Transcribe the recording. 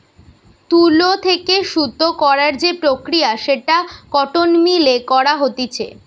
তুলো থেকে সুতো করার যে প্রক্রিয়া সেটা কটন মিল এ করা হতিছে